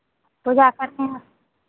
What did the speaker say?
पूजा करते हैं